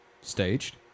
staged